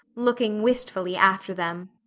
looking wistfully after them.